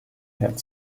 had